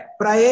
para